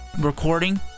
recording